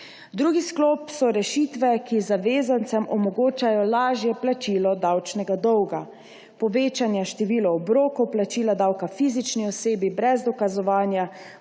Drugi sklop so rešitve, ki zavezancem omogočajo lažje plačilo davčnega dolga: povečanje števila obrokov plačila davka fizični osebi brez dokazovanja,